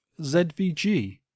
ZVG